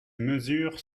mesures